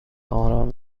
آرام